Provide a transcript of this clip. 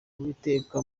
uwiteka